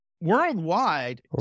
worldwide